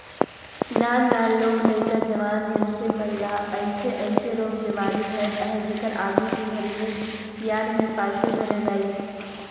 नान नान लोग लइका, जवान मइनसे मन ल अइसे अइसे रोग बेमारी धरत अहे जेहर आघू के घरी मे सियान होये पाछू धरे लाइस